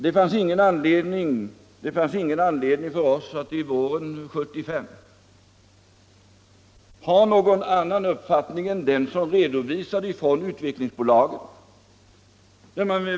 Det fanns ingen anledning för oss att under våren 1975 ha någon annan uppfattning än den som uttrycktes av Utvecklingsbolaget.